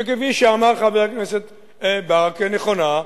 שכפי שאמר חבר הכנסת ברכה נכונה,